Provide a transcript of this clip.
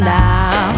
now